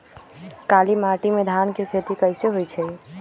काली माटी में धान के खेती कईसे होइ छइ?